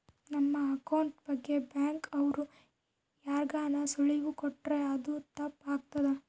ನಮ್ ಅಕೌಂಟ್ ಬಗ್ಗೆ ಬ್ಯಾಂಕ್ ಅವ್ರು ಯಾರ್ಗಾನ ಸುಳಿವು ಕೊಟ್ರ ಅದು ತಪ್ ಆಗ್ತದ